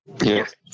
Yes